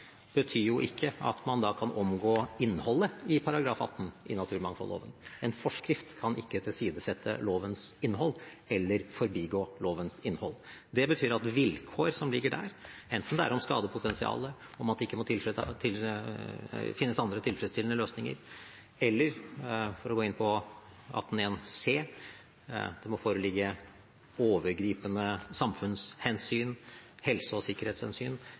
betyr jo ikke at man kan omgå innholdet i § 18 i naturmangfoldloven. En forskrift kan ikke tilsidesette lovens innhold eller forbigå lovens innhold. Det betyr at vilkår som ligger der, enten det er om skadepotensial, om at det ikke finnes andre tilfredsstillende løsninger, eller – for å gå inn på § 18 c) – det må foreligge overgripende samfunnshensyn, helse- og sikkerhetshensyn,